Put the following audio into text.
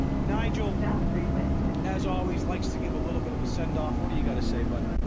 nigel as always likes to give a little bit of a send-off, what do you got to say bud?